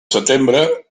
setembre